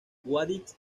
guadix